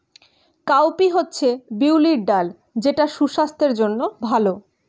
cowpea হচ্ছে বিউলির ডাল যেটা সুস্বাস্থ্যের জন্য ভালো